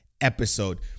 episode